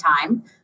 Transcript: time